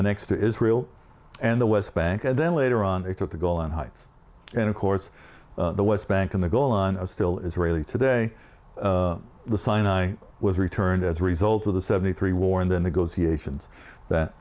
the next to israel and the west bank and then later on they took the golan heights and of course the west bank in the golan are still israeli today the sinai was returned as a result of the seventy three war and the negotiations that